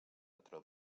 patró